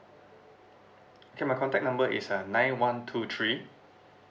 okay my contact number is uh nine one two three